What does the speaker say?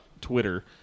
Twitter